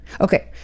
Okay